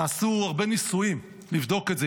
נעשו הרבה ניסויים לבדוק את זה.